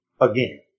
again